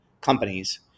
companies